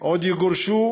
עוד יגורשו